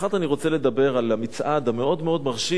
1. אני רוצה לדבר על המצעד המאוד-מאוד מרשים